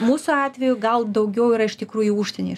mūsų atveju gal daugiau yra iš tikrųjų užsieny